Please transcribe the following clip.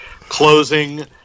closing